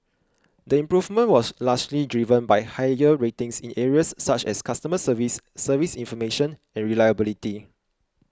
the improvement was largely driven by higher ratings in areas such as customer service service information and reliability